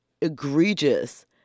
egregious